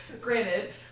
Granted